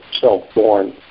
self-born